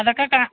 അതൊക്കെ കാ